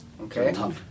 okay